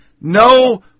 no